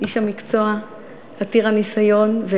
איש המקצוע עתיר הניסיון,